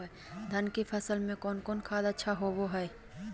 धान की फ़सल में कौन कौन खाद अच्छा होबो हाय?